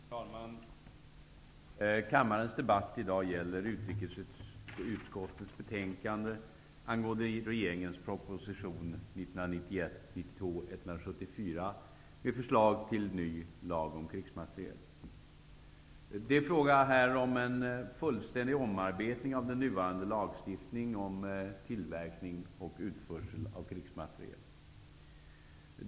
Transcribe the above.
Herr talman! Kammarens debatt i dag gäller utrikesutskottets betänkande angående regeringens proposition 1991/92:174 med förslag till ny lag om krigsmateriel. Det är här fråga om en fullständig omarbetning av den nuvarande lagstiftningen om tillverkning och utförsel av krigsmateriel.